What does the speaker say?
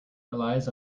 relies